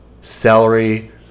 celery